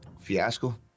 fiasco